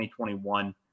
2021